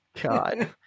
God